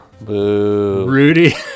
Rudy